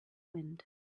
wind